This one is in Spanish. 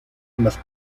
más